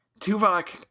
Tuvok